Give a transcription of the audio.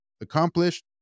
accomplished